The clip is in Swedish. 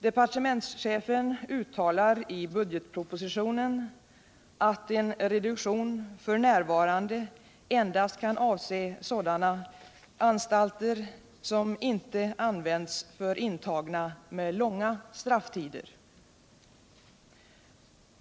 Departementschefen uttalar i budgetpropositionen att en reduktion f. n. endast kan avse sådana anstalter som inte används för intagna med långa strafftider.